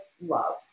love